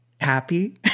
happy